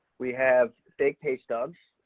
we have fake pay stubs,